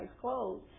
clothes